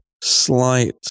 slight